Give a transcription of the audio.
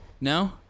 No